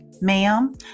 ma'am